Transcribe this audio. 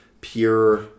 pure